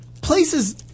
Places